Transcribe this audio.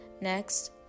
Next